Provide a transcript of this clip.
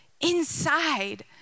inside